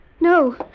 No